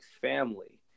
family